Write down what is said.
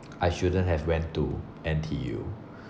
I shouldn't have went to N_T_U